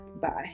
bye